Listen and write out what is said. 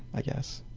i guess.